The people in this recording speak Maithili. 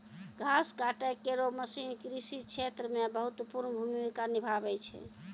घास काटै केरो मसीन कृषि क्षेत्र मे महत्वपूर्ण भूमिका निभावै छै